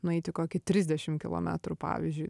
nueiti kokį trisdešim kilometrų pavyzdžiui